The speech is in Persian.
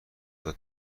بده